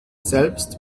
selbst